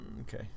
Okay